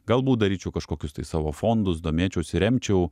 galbūt daryti kažkokius tai savo fondus domėčiausi remčiau